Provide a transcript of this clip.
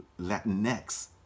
Latinx